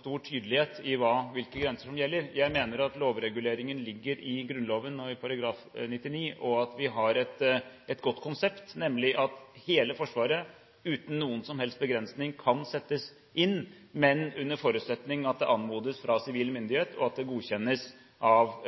stor tydelighet for hvilke grenser som gjelder. Jeg mener at lovreguleringen ligger i Grunnloven § 99, at vi har et godt konsept, nemlig at hele Forsvaret, uten noen som helst begrensning, kan settes inn, men under forutsetning av at det anmodes fra sivil myndighet, og at det godkjennes av